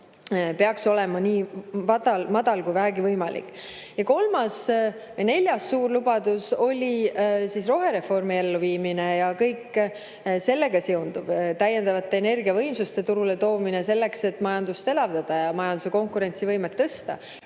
peaks olema nii madal kui vähegi võimalik. Ja neljas suur lubadus oli rohereformi elluviimine ja kõik sellega seonduv: täiendavate energiavõimsuste turule toomine, selleks et majandust elavdada ja majanduse konkurentsivõimet tõsta.